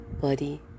body